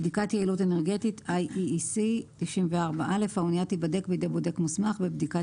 94.בדיקת יעילות אנרגטית (IEEC) האנייה תיבדק בידי בודק מוסמך בבדיקת